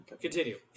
Continue